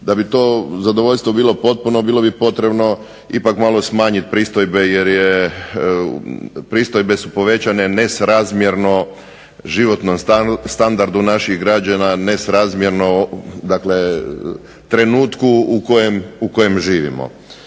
Da bi to zadovoljstvo bilo potpuno bilo bi potrebno ipak malo smanjit pristojbe jer pristojbe su povećane nesrazmjerno životnom standardu naših građana, nesrazmjerno dakle trenutku u kojem živimo.